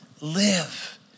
live